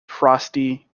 frosty